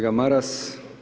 Maras.